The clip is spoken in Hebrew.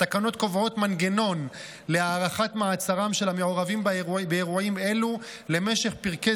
התקנות קובעות מנגנון להארכת מעצרם של המעורבים באירועים אלו למשך פרקי